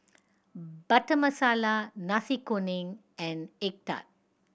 Butter Masala Nasi Kuning and egg tart